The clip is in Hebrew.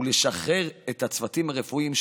ולשחרר את הצוותים הרפואיים,